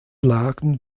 lagen